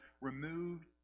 removed